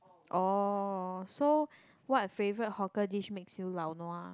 oh so what favorite hawker dish makes you lao nua